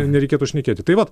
nereikėtų šnekėti tai vat